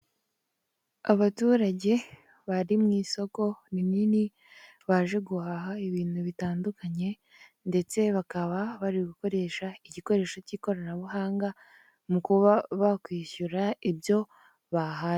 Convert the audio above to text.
Abaturage bari mu isoko rinini baje guhaha ibintu bitandukanye ndetse bakaba bari gukoresha igikoresho cy'ikoranabuhanga mu kuba bakwishyura ibyo bahashye.